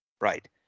Right